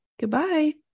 Goodbye